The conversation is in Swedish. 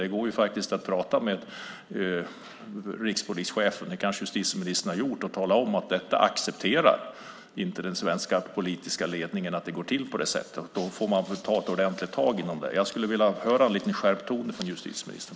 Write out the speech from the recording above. Det går ju att prata med rikspolischefen - det kanske justitieministern har gjort - och tala om att den svenska politiska ledningen inte accepterar att det går till på det här sättet. Man får ta ordentligt tag i det. Jag skulle vilja höra en lite skärpt ton från justitieministern.